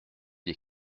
des